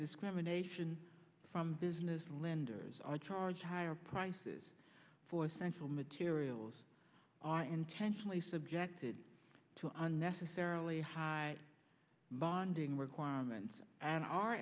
discrimination from business lenders are charged higher prices for central materials are intentionally subjected to unnecessarily high bonding requirements and are